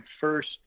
first